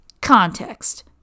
Context